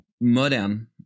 modern